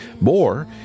More